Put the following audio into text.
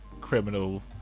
criminal